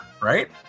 right